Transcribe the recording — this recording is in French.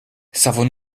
savons